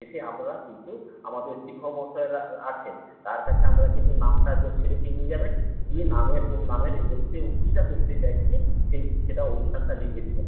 এসে আপনারা কিন্তু আমাদের শিক্ষক মহাশয়রা আছেন তার আছে আমরা কিন্তু নামটা আপনারা ছেলেকে নিয়ে যাবেন গিয়ে নামের ওর নামের এগেন্সটে ও কীটা করতে চাইছে সেই সেটা অনুষ্ঠানটা লিখে দেবেন